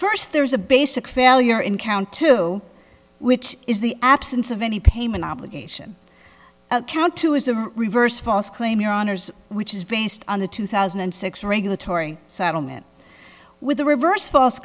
first there's a basic failure in count two which is the absence of any payment obligation count two is a reverse false claim your honour's which is based on the two thousand and six regulatory settlement with the reverse false